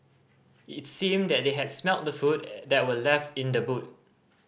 it seemed that they had smelt the food that were left in the boot